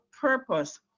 purpose